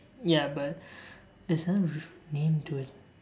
ya but it's some name to it